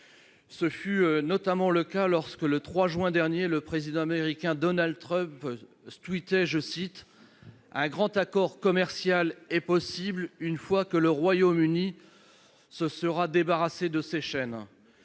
Ce fut notamment le cas lorsque, le 3 juin dernier, le Président américain, Donald Trump, tweetait :« Un grand accord commercial est possible une fois que le Royaume-Uni se sera débarrassé de ses chaînes.